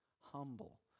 humble